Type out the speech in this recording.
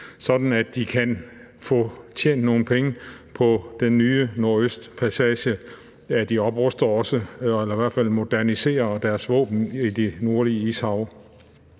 at de kan få tjent nogle penge på den nye Nordøstpassagen. De opruster også eller moderniserer i hvert fald deres våben i det nordlige ishav.